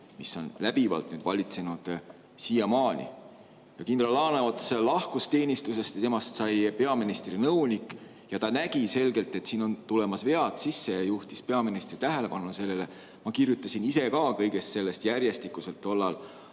mis on läbivalt valitsenud siiamaani. Kindral Laaneots lahkus teenistusest ja temast sai peaministri nõunik. Ta nägi selgelt, et siin on tulemas vead sisse, ja juhtis peaministri tähelepanu sellele. Ma kirjutasin ise ka kõigest sellest tollal,